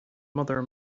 mother